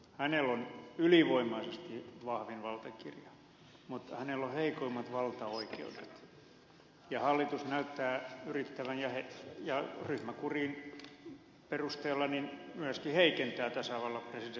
hänellä on ylivoimaisesti vahvin valtakirja mutta hänellä on heikoimmat valtaoikeudet ja hallitus näyttää yrittävän ryhmäkurin perusteella myöskin heikentää tasavallan presidentin valtaoikeuksia